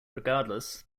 regardless